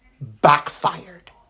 backfired